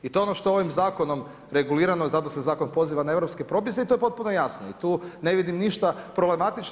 I to je ono što je ovim zakonom regulirano i zato se zakon poziva na europske propise i to je potpuno jasno i tu ne vidim ništa problematično.